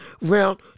round